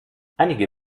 einige